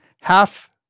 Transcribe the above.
half